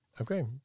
Okay